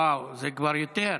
וואו, זה כבר יותר.